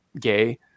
gay